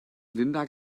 linda